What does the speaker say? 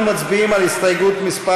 אנחנו מצביעים על הסתייגות מס'